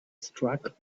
struck